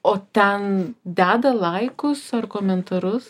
o ten deda laikus ar komentarus